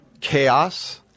chaos